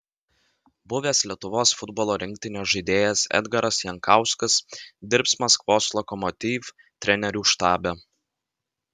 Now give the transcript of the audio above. buvęs lietuvos futbolo rinktinės žaidėjas edgaras jankauskas dirbs maskvos lokomotiv trenerių štabe